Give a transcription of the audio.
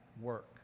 work